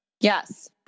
Yes